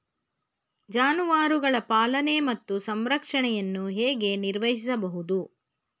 ಜಾನುವಾರುಗಳ ಪಾಲನೆ ಮತ್ತು ಸಂರಕ್ಷಣೆಯನ್ನು ಹೇಗೆ ನಿರ್ವಹಿಸಬಹುದು?